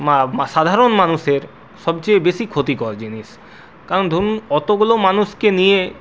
মা সাধারণ মানুষের সবচেয়ে বেশি ক্ষতিকর জিনিস কারণ ধরুন অতগুলো মানুষকে নিয়ে